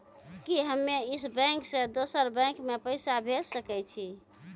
कि हम्मे इस बैंक सें दोसर बैंक मे पैसा भेज सकै छी?